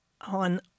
on